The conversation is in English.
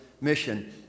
mission